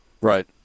Right